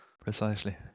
precisely